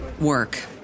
work